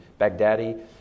Baghdadi